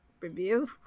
review